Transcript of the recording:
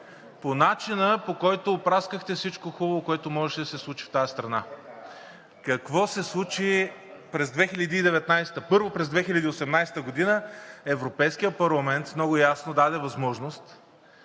по начина, по който опраскахте всичко хубаво, което можеше да се случи в тази страна. Какво се случи през 2019-а? Първо, през 2018 г. Европейският парламент много ясно даде възможност